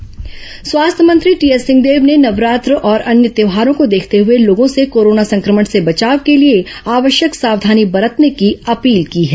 सिंहदेव अपील स्वास्थ्य मंत्री टीएस सिंहदेव ने नवरात्र और अन्य त्यौहारों को देखते हुए लोगों से कोरोना संक्रमण से बचाव के लिए आवश्यक सावधानी बरतने की अपील की है